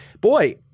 boy